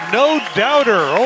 no-doubter